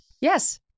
Yes